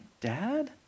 dad